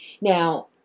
now